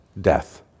death